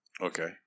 Okay